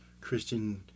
christian